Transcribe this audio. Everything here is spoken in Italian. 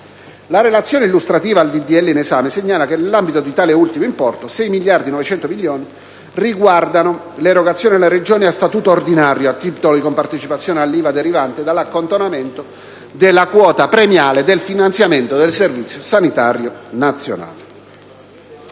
La relazione illustrativa al disegno di legge in esame segnala che, nell'ambito di tale ultimo importo, 6.961 milioni riguardano le erogazioni alle Regioni a statuto ordinario a titolo di compartecipazione all'IVA derivante dall'accantonamento della quota premiale del finanziamento del Servizio sanitario nazionale.